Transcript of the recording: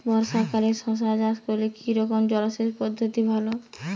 বর্ষাকালে শশা চাষ করলে কি রকম জলসেচ পদ্ধতি ভালো?